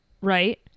Right